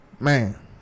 Man